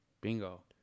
Bingo